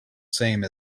same